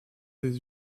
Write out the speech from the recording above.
des